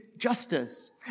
justice